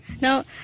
now